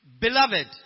Beloved